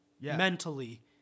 Mentally